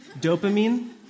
Dopamine